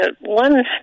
one